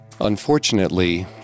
Unfortunately